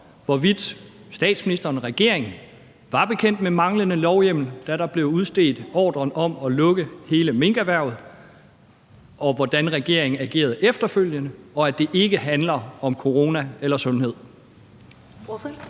hvorvidt statsministeren og regeringen var bekendt med den manglende lovhjemmel, da ordren om at lukke hele minkerhvervet blev udstukket, og om, hvordan regeringen agerede efterfølgende, og ikke om corona eller sundhed?